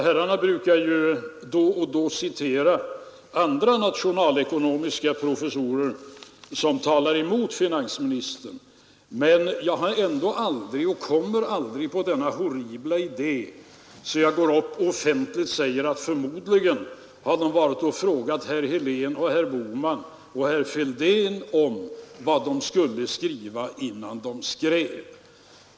Herrarna brukar ju då och då citera nationalekonomiska professorer som talar emot finansministern, men jag har ändå aldrig kommit och kommer aldrig på den horribla idén att gå upp och offentligt säga att förmodligen har dessa professorer varit och frågat herr Helén, herr Bohman och herr Fälldin vad de skulle skriva, innan de skrev.